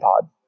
Pod